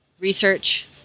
research